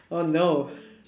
oh no